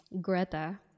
greta